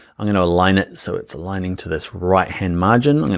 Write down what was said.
i'm gonna align it so it's aligning to this right-hand margin. i mean